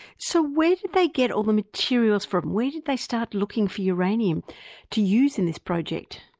so where did they get all the materials from? where did they start looking for uranium to use in this project?